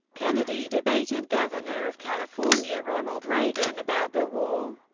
kennedy debated governor of california ronald reagan about the war.